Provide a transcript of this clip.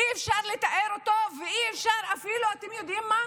אי-אפשר לתאר אותו ואי-אפשר אפילו, אתם יודעים מה?